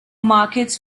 markets